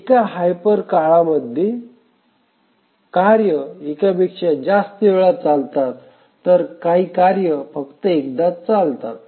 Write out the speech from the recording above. एका हायपर काळात काही कार्य एकापेक्षा जास्त वेळा चालतात तर काही कार्य फक्त एकदाच चालतात